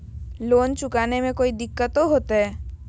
Loan चुकाने में कोई दिक्कतों होते?